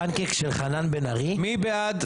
מי בעד?